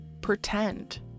Pretend